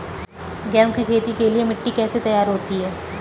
गेहूँ की खेती के लिए मिट्टी कैसे तैयार होती है?